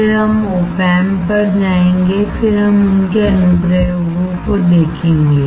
फिर हम op amp पर जाएंगे और फिर हम उनके अनुप्रयोगों को देखेंगे